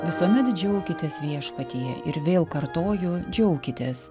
visuomet džiaukitės viešpatyje ir vėl kartoju džiaukitės